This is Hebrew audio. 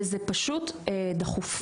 וזה פשוט דחוף.